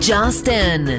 Justin